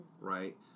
right